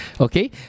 Okay